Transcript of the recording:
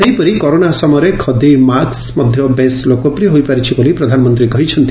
ସେହିପରି କରୋନା ସମୟରେ ଖଦୀ ମାସ୍କ ମଧ୍ଧ ବେଶ୍ ଲୋକପ୍ରିୟ ହୋଇପାରିଛି ବୋଲି ପ୍ରଧାନମନ୍ତୀ କହିଛନ୍ତି